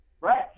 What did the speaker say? right